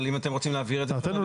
אם אתם רוצים להבהיר את זה יותר,